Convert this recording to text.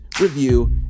review